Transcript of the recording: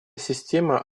система